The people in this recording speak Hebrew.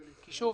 שוב,